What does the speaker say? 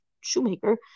shoemaker